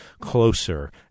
Closer